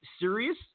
serious